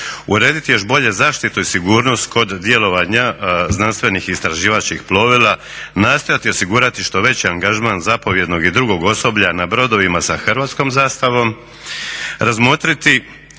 urediti još bolje zaštitu i sigurnost kod djelovanja znanstvenih i istraživačkih plovila, nastojati osigurati što veći angažman zapovjednog i drugog osoblja na brodovima sa hrvatskom zastavom, razmotriti